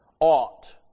ought